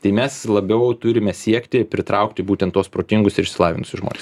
tai mes labiau turime siekti pritraukti būtent tuos protingus ir išsilavinusius žmones